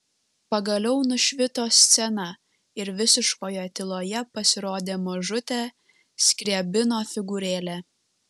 pagaliau nušvito scena ir visiškoje tyloje pasirodė mažutė skriabino figūrėlė